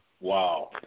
Wow